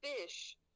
fish